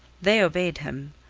they obeyed him,